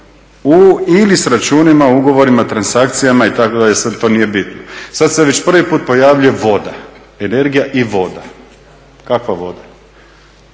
u/ili s računima, ugovorima, transakcijama itd." sad to nije bitno. Sad se već prvi put pojavljuje voda, energija i voda. Kakva voda?